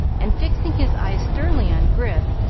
and fixing his eye sternly on grif,